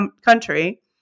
country